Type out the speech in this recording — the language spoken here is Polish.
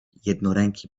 jednoręki